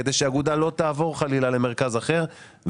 כדי שהאגודה לא תעבור חלילה למרכז אחר.